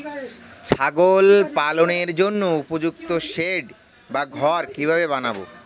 ছাগল পালনের জন্য উপযুক্ত সেড বা ঘর কিভাবে বানাবো?